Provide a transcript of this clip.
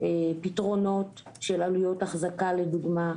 פתרונות של עלויות אחזקה לדוגמה,